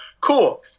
Cool